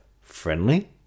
friendly